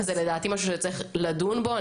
לדעתי זה משהו שצריך לדון בו,